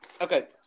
Okay